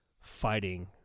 fighting